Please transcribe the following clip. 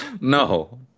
No